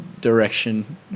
direction